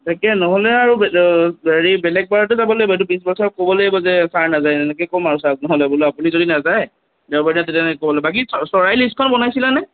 তাকে নহ'লে আৰু হেৰি বেলেগ বাৰতে যাব লাগিব এইটো প্ৰিঞ্চিপাল ছাৰক ক'ব লাগিব যে ছাৰ নাযায় এনেকৈ ক'ম আৰু ছাৰক নহ'লে বোলো আপুনি যদি নাযায় দেওবাৰৰ দিনা বাকী চৰাইৰ লিষ্টখন বনাইছিলা নে